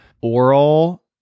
oral